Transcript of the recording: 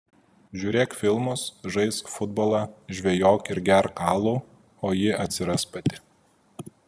žiūrėk filmus žaisk futbolą žvejok ir gerk alų o ji atsiras pati